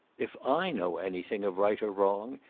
if i know anything of right or wrong,